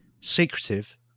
secretive